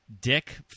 Dick